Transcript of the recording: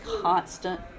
constant